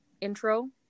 intro